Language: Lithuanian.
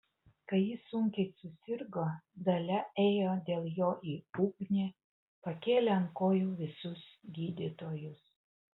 kai jis sunkiai susirgo dalia ėjo dėl jo į ugnį pakėlė ant kojų visus gydytojus